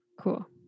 cool